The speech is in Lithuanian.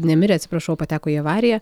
nemirė atsiprašau pateko į avariją